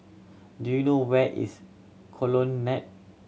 do you know where is Colonnade